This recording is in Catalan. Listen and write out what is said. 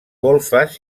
golfes